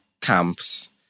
camps